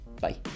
Bye